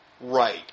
Right